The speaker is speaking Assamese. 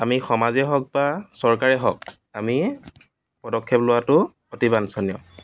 আমি সমাজেই হওক বা চৰকাৰেই হওক আমিয়ে প্ৰদক্ষেপ লোৱাটো অতি বাঞ্ছনীয়